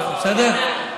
בסדר?